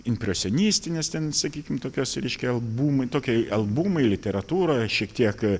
impresionistinės ten sakykim tokios reiškia albumai tokie albumai literatūroje šiek tiek